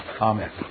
Amen